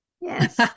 Yes